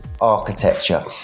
architecture